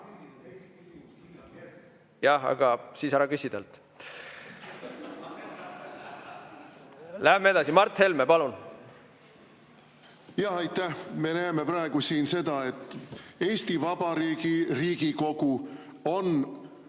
Aga siis ära küsi talt. Lähme edasi, Mart Helme, palun! Aitäh! Me näeme praegu siin seda, et Eesti Vabariigi Riigikogu on